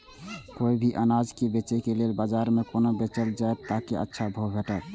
कोय भी अनाज के बेचै के लेल बाजार में कोना बेचल जाएत ताकि अच्छा भाव भेटत?